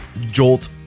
Jolt